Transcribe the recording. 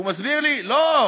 הוא מסביר לי: לא,